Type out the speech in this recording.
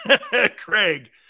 Craig